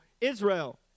Israel